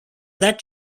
that